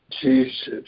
Jesus